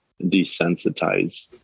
desensitize